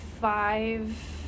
five